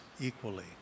equally